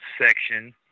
section